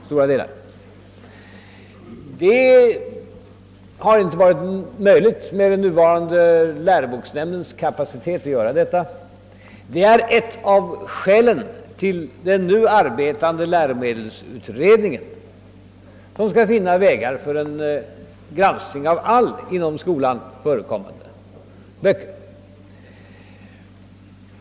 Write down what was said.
Det har med den nuvarande läroboksnämndens kapacitet inte varit möjligt att göra en fullständig granskning, och det har varit ett av skälen till tillsättandet av den nu arbetande läromedelsutredningen, som skall finna vägar för en granskning av alla inom skolan förekommande böcker.